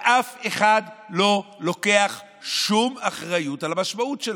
ואף אחד לא לוקח אחריות על המשמעות.